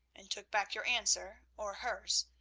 and took back your answer, or hers,